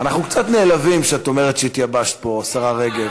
קצת נעלבים כשאת אומרת שהתייבשת פה, השרה רגב.